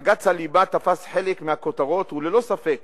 בג"ץ הליבה תפס חלק מהכותרות וללא ספק